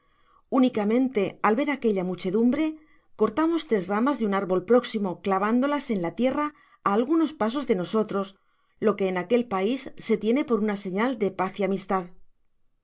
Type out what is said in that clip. únicamente al ver aquella muchedumbre cortamos tres ramas de un árbol próximo clavándolas en la tierra á algunos pasos de nosotros lo que en aquel pais se t'ene por una señal de paz y amistad si